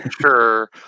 sure